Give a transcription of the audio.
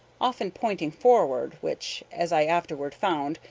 often pointing forward, which, as i afterward found,